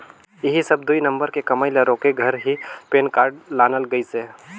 ऐही सब दुई नंबर के कमई ल रोके घर ही पेन कारड लानल गइसे